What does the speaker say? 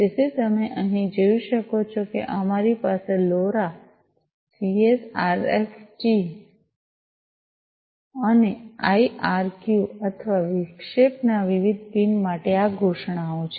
તેથી તમે અહીં જોઈ શકો છો કે અમારી પાસે લોરા સીએસ આરએસટી અને આઈઆરક્યૂ અથવા વિક્ષેપના વિવિધ પિન માટે આ ઘોષણાઓ છે